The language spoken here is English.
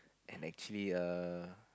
and actually err